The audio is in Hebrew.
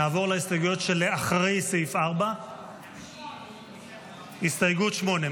נעבור להסתייגויות שאחרי סעיף 4. הסתייגות 8,